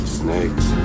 snakes